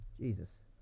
Jesus